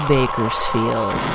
Bakersfield